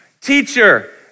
Teacher